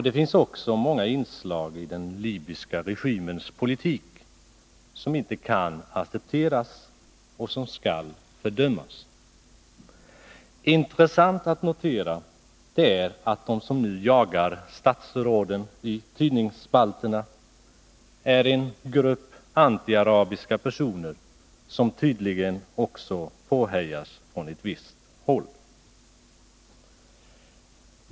Det finns många inslag i den libyska regimens politik som inte kan accepteras och som skall fördömas. Intressant att notera är att de som nu jagar statsråden i tidningsspalterna är en grupp antiarabiska personer, som tydligen också påhejas från ett visst håll.